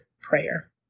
prayer